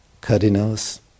Cardinals